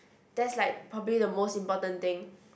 that's like probably the most important thing